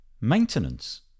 Maintenance